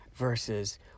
Versus